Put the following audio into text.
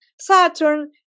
Saturn